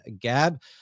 Gab